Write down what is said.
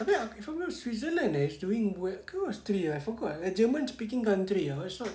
tapi if I know switzerland is doing ke australia forgot like german speaking country it's not